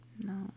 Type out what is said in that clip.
No